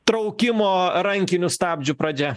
traukimo rankiniu stabdžiu pradžia